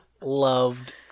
loved